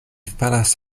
falas